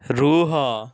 ରୁହ